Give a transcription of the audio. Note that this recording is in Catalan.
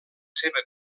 seva